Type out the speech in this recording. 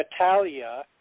Natalia